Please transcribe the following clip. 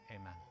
amen